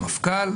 המפכ"ל,